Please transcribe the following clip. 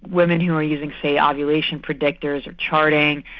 women who are using, say, ovulation predictors or charting,